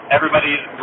Everybody's